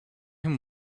him